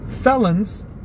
felons